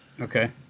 Okay